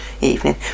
evening